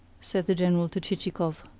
said the general to chichikov.